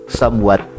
somewhat